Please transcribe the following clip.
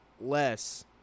less